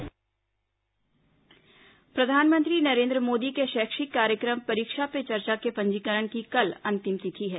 परीक्षा पे चर्चा प्रधानमंत्री नरेन्द्र मोदी के शैक्षिक कार्यक्रम परीक्षा पे चर्चा के पंजीकरण की कल अंतिम तिथि है